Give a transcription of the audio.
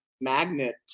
magnet